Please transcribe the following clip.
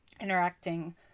interacting